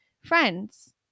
friends